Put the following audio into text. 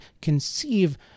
conceive